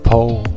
Pole